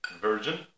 virgin